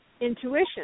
intuition